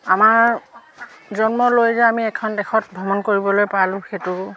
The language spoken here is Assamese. আমাৰ জন্ম লৈ যে আমি এখন দেশত ভ্ৰমণ কৰিবলৈ পালোঁ সেইটো